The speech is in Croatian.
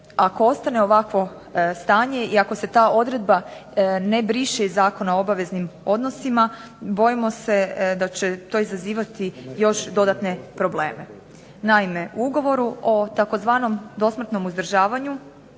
ako ostane ovakvo stanje i ako se ta odredba ne briše iz Zakona o obaveznim odnosima bojimo se da će to izazivati još dodatne probleme. Naime, u ugovoru o tzv. dosmrtnom uzdržavanju